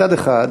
מצד אחד,